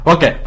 Okay